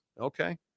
Okay